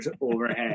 overhead